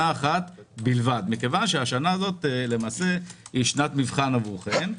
אחת בלבד כי השנה הזאת היא שנת מבחן עבורכם.